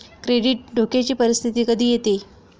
credit धोक्याची परिस्थिती कधी येते